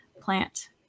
plant